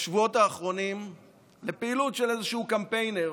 בשבועות האחרונים לפעילות של איזשהו קמפיינר